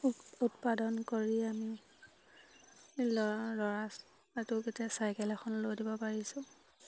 উৎপাদন কৰি আমি ল'ৰা ল'ৰাটোক এতিয়া চাইকেল এখন লৈ দিব পাৰিছোঁ